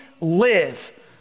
live